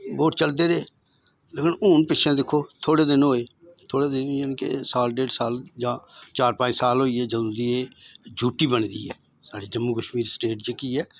vote चलदे रेह् लेकिन हून पिच्छे दिक्खो थोह्ड़े दिन होए थोह्ड़े दिन इयां के साल डेढ साल जां चार पंज साल होई गे जंदू दी ऐ य़ू टी बनी दी ऐ साढ़ी जम्मू कश्मीर स्टेट जेहकी ऐ